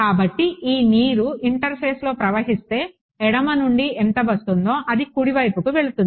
కాబట్టి ఈ నీరు ఇంటర్ఫేస్లో ప్రవహిస్తే ఎడమ నుండి ఎంత వస్తుందో అది కుడివైపుకి వెళుతుంది